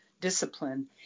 discipline